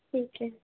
ਠੀਕ ਹੈ